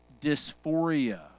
dysphoria